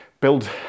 build